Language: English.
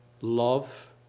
love